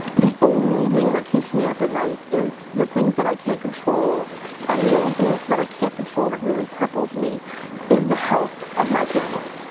the only thing that keeps me up at night is the things that i can't control and the only thing that i can't control that really cripples me is the health of my family.